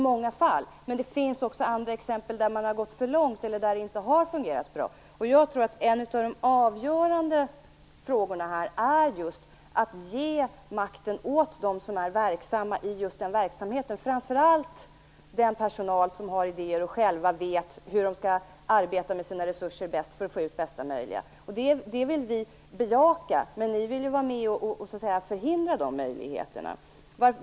Men det finns också andra exempel där man har gått för långt eller där det inte har fungerat. En av de avgörande frågorna här är att man skall ge makten åt dem som verkar i respektive verksamheter, framför allt till den personal som har idéer och själv vet hur den skall arbeta bättre med sina resurser för att få ut det mesta möjliga. Detta vill vi bejaka, men ni vill vara med och förhindra dessa möjligheter.